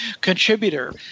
contributor